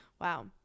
wow